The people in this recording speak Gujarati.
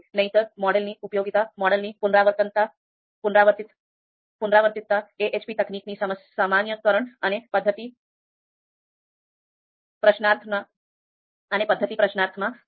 નહિંતર મોડેલની ઉપયોગિતા મોડેલની પુનરાવર્તિતતા AHP તકનીકની સામાન્યીકરણ અને પદ્ધતિ પ્રશ્નાર્થમાં હશે